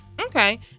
okay